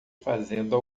fazenda